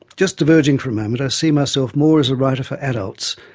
just diverging for a moment, i see myself more as a writer for adults,